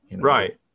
Right